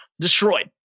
destroyed